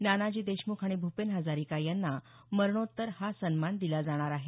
नानाजी देशमुख आणि भुपेन हजारिका यांना मरणोत्तर हा सन्मान दिला जाणार आहे